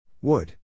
Wood